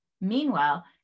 Meanwhile